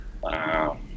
wow